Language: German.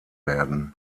werden